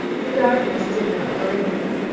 the darkness did not worry him,